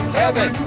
heaven